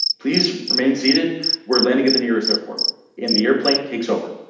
please remain seated we're landing at the nearest airport in the airplane takes over